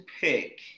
pick